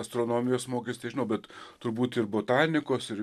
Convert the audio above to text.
astronomijos mokeisi tai žinau bet turbūt ir botanikos ir